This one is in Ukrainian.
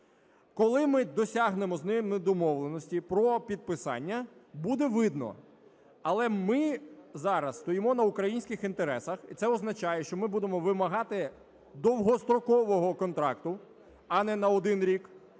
Коли ми досягнемо з ними домовленості про підписання, буде видно. Але ми зараз стоїмо на українських інтересах, і це означає, що ми будемо вимагати довгострокового контракту, а не на один рік,